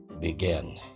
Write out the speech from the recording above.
begin